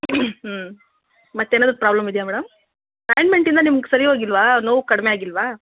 ಹ್ಞೂ ಮತ್ತೇನಾದರೂ ಪ್ರೊಬ್ಲಮ್ ಇದೆಯಾ ಮೇಡಮ್ ಆಯಿಂಟ್ಮೆಂಟಿಂದ ನಿಮ್ಗೆ ಸರಿ ಹೋಗಿಲ್ವಾ ನೋವು ಕಡಿಮೆ ಆಗಿಲ್ವಾ